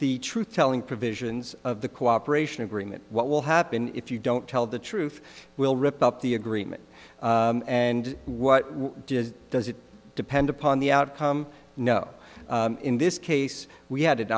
the truth telling provisions of the cooperation agreement what will happen if you don't tell the truth will rip up the agreement and what does it depend upon the outcome no in this case we had an